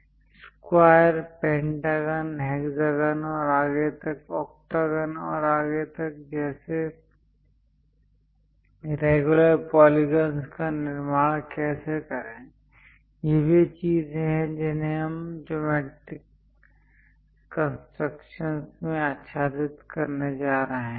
और square pentagon hexagon और आगे तक ऑक्टागन और आगे तक जैसे रेगुलर पॉलिगंस का निर्माण कैसे करें ये वे चीजें हैं जिन्हें हम ज्योमैट्रिक कंस्ट्रक्शन में आच्छादित करने जा रहे हैं